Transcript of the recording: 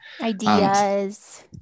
ideas